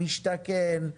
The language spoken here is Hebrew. משתכן,